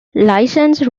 license